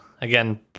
again